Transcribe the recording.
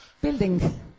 building